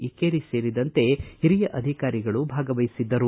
ಇಕ್ಕೇರಿ ಸೇರಿದಂತೆ ಹಿರಿಯ ಅಧಿಕಾರಿಗಳು ಭಾಗವಹಿಸಿದ್ದರು